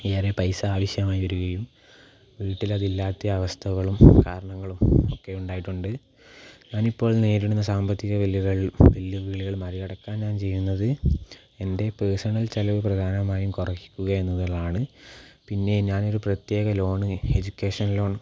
ഏറെ പൈസ ആവശ്യമായി വരികയും വീട്ടിലതിലാത്ത അവസ്ഥകളും കാരണങ്ങളും ഒക്കെയുണ്ടായിട്ടുണ്ട് ഞാനിപ്പോൾ നേരിടുന്ന സാമ്പത്തിക വെല്ലുവിളികൾ മറികടക്കാൻ ഞാൻ ചെയ്യുന്നത് എൻ്റെ പേഴ്സണൽ ചിലവ് പ്രധാനമായും കുറയ്ക്കുക എന്നത് ഉള്ളതാണ് പിന്നെ ഞാനൊരു പ്രത്യേക ലോണ് എഡ്യൂക്കേഷൻ ലോൺ